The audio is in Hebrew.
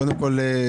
קודם כול,